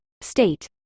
state